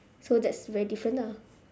so that's very different ah